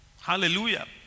Hallelujah